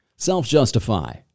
Self-justify